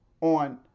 on